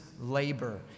labor